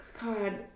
god